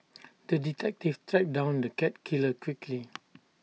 the detective tracked down the cat killer quickly